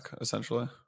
essentially